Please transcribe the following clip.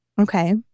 Okay